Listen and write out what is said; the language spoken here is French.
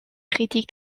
critiques